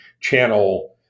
channel